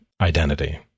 identity